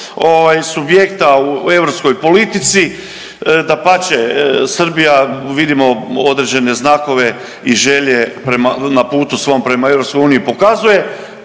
subjekta u europskoj politici. Dapače, Srbija vidimo određene znakove i želje na putu svom prema EU pokazuje,